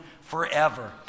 forever